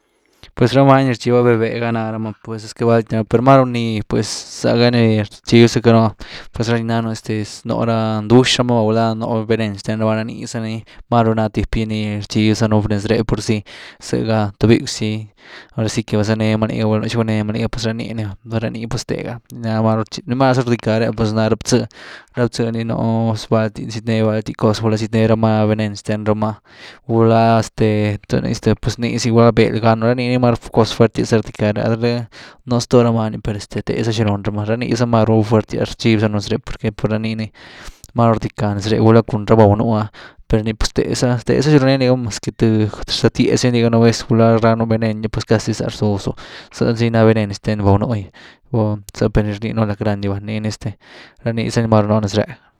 Pues rá many ni rtchibya pues vëh-vëh gá náramá pues es que válty ná ra má, máru pues za ga ny rtchíbza cka noh pues ra ni ná este, nú rama ndwx rama vá gulá nú’h venen xten ramá, rá ni iza ni maru ná tip gy ni rtxibzanu néz réh purzy sëgá tubyck’e zy ahora si que vázanee ma liga gul’a xi guné ma liga pues rá ni ni va, doh ra ni pues thega, naa maru, nii máza ru rdická reh pues ni ná ra btzë, ra btzë nii nú’ valty, zietné válty coz, gulá ziednée rama venen xten ramá, gulá este ¿twu ny ztë? Pues nii zy gulá beld gá na, ranii ny máru cos fuertyas za rdica lany ré, nú stoo ra many pues thega za xi run ramá, ra ni iza máru fuertias rtxiby nuu nez ré por que¡, por rá nii ny máru rdycká nez re gulá cun ra baw-nwun, per nii pues teza, tëza xi runee ni liga mas que thë rzët-diazy ni liga nú vez, gulá ráanu venen gy pues casi za rzuszu’ zëh zy ná venen xten baw-nwun gy, cun, zë’ pe nii rnínëe “alacrán” gy, nii ni este, ranii niza ni máru núh nez ree.